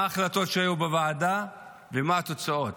מה ההחלטות שהיו בוועדה ומה התוצאות?